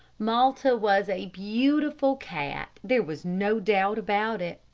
malta was a beautiful cat there was no doubt about it.